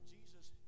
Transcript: Jesus